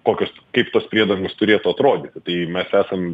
kokios kaip tos priedangos turėtų atrodyti tai mes esam